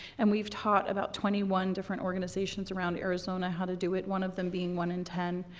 and we've taught about twenty one different organizations around arizona how to do it. one of them being one in ten.